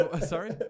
Sorry